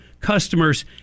customers